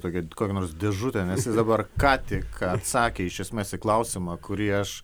tokią kokią nors dėžutę nes jis dabar ką tik atsakė iš esmės į klausimą kurį aš